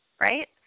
right